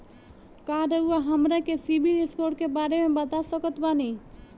का रउआ हमरा के सिबिल स्कोर के बारे में बता सकत बानी?